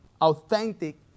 authentic